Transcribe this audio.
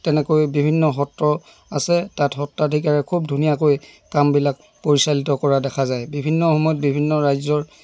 তেনেকৈ বিভিন্ন সত্ৰ আছে তাত সত্ৰাধিকাৰে খুব ধুনীয়াকৈ কামবিলাক পৰিচালিত কৰা দেখা যায় বিভিন্ন সময়ত বিভিন্ন ৰাজ্যৰ